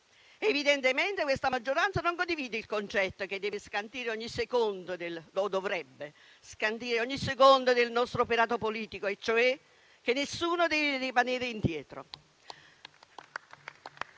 Evidentemente questa maggioranza non condivide il concetto che deve (o dovrebbe) scandire ogni secondo del nostro operato politico, cioè che nessuno deve rimanere indietro.